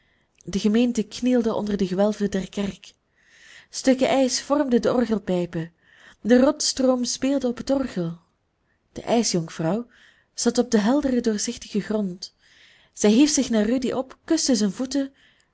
de gemeente knielde onder de gewelven der kerk stukken ijs vormden de orgelpijpen de rotsstroom speelde op het orgel de ijsjonkvrouw zat op den helderen doorzichtigen grond zij hief zich naar rudy op kuste zijn voeten